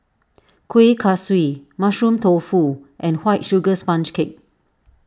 Kueh Kaswi Mushroom Tofu and White Sugar Sponge Cake